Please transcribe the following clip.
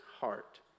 heart